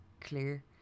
clear